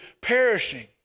perishing